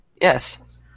Yes